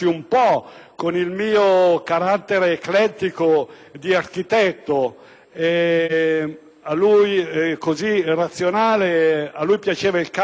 con il mio carattere eclettico di architetto: a lui, così razionale, piaceva il calcio,